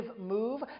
move